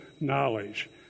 knowledge